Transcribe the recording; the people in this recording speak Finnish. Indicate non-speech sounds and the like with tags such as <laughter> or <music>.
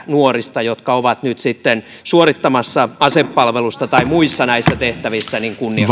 nuorista jotka ovat nyt suorittamassa asepalvelusta tai muissa näissä tehtävissä niin <unintelligible>